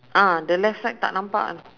ah the left side tak nampak lah